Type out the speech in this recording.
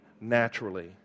naturally